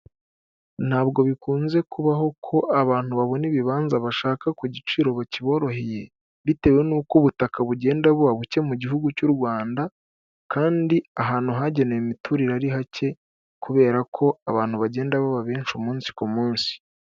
Ntabwo bikunze kubaho ko abantu babona ibibanza bashaka ku giciro kiboroheye, bitewe n'uko ubutaka bugenda buba buke mu gihugu cy'u Rwanda kandi ahantu hagenewe imiturire ari hake, kubera ko abantu bagenda baba benshi cyane umunsi ku munsi.